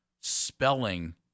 spelling